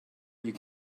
you